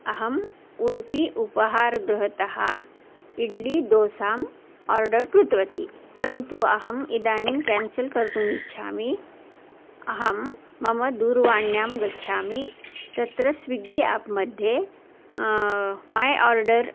अहम् उडुपि उपहारगृहतः इड्ली दोसाम् आर्डर् कृतवती परन्तु अहम् इदानीं केन्सल् कर्तुम् इच्छामि अहं मम दूरुवाण्यां गच्छामि तत्र स्विग्गी एप्मध्ये मै आर्डर्